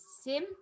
Sim